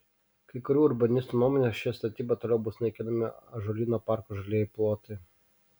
kai kurių urbanistų nuomone šia statyba toliau bus naikinami ąžuolyno parko žalieji plotai